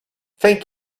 thank